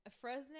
Fresno